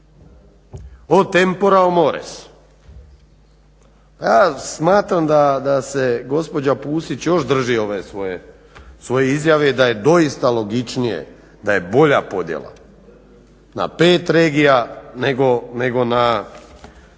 "O tempora o mores". Pa smatram da se gospođa Pusić još drži ove svoje izjave da je doista logičnije da je bolja podjela na pet regija nego na